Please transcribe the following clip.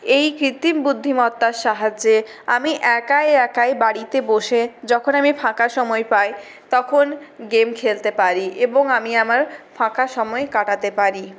এই কৃত্রিম বুদ্ধিমত্তার সাহায্যে আমি একা একাই বাড়িতে বসে যখন আমি ফাঁকা সময় পাই তখন গেম খেলতে পারি এবং আমি আমার ফাঁকা সময় কাটাতে পারি